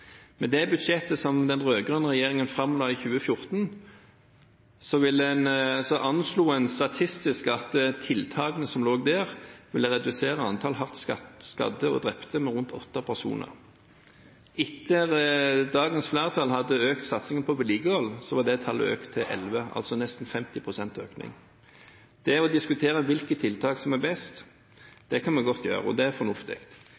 Med det budsjettet som den rød-grønne regjeringen framla i 2014, anslo statistisk at tiltakene som lå der, ville redusere antall hardt skadde og drepte med rundt åtte personer. Etter at dagens flertall hadde økt satsingen på vedlikehold, var det tallet økt til elleve, altså nesten 50 pst. økning. Det å diskutere hvilke tiltak som er best, kan vi godt gjøre, og det er fornuftig.